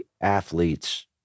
athletes